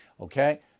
Okay